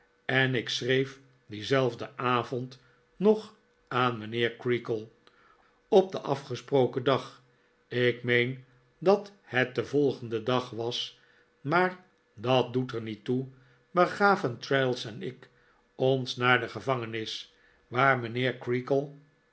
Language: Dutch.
en ik schreef dienzelfden avond hog aan mijnheer creakle op den afgesproken dag ik meen dat het den volgenden dag was maar dat doet er niet toe begaven traddles en ik ons naar de gevangenis waar mijnheer